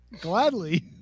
Gladly